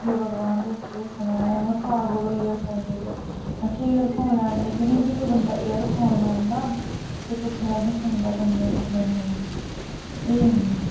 हे भगवान तुसें केह् सनां में पागल होई गेई एयरफोन लेइयै में आखेआ एयरफोन लैन निकली ही कोई बंदा एयरफोन लैंदा कोई टूटियां लाइयै सुनदा कन्नै ई पर नेईं एह नी